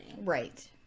Right